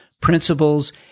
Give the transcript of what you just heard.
principles